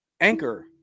Anchor